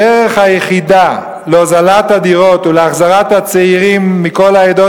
הדרך היחידה להוזלת הדירות ולהחזרת הצעירים מכל העדות